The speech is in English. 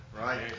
Right